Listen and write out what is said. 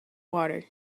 water